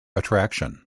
attraction